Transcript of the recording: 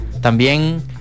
También